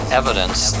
evidence